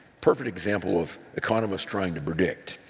perfect example of economists trying to predict.